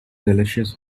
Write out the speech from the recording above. delicious